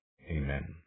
Amen